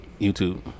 YouTube